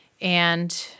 And-